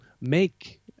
make